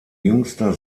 jüngster